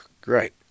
Great